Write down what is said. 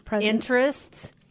Interests